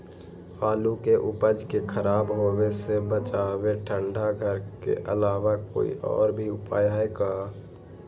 आलू के उपज के खराब होवे से बचाबे ठंडा घर के अलावा कोई और भी उपाय है का?